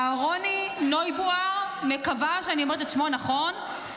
אהרוני נויבואר" מקווה שאני אומרת את שמו נכון,